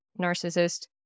narcissist